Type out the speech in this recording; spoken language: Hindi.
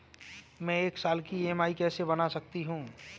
मैं एक साल की ई.एम.आई कैसे बना सकती हूँ?